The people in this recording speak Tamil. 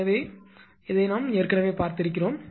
எனவே இதை நாம் ஏற்கனவே பார்த்திருக்கிறோம்